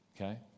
okay